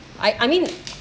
I I mean